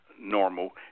normal